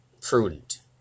prudent